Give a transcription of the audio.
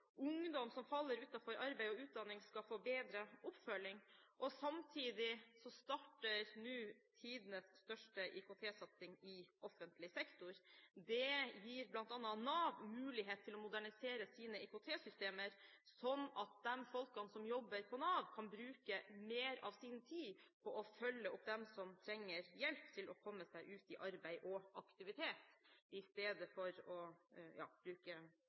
Ungdom som faller utenfor arbeid og utdanning, skal få bedre oppfølging. Samtidig starter nå tidenes største IKT-satsing i offentlig sektor. Det gir bl.a. Nav mulighet til å modernisere sine IKT-systemer, sånn at de som jobber i Nav, kan bruke mer av sin tid på å følge opp dem som trenger hjelp til å komme seg ut i arbeid og aktivitet, i stedet for å